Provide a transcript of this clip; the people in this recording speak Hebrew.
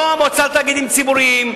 לא המועצה לתאגידים ציבוריים,